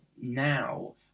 now